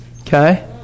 Okay